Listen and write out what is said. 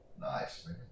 Nice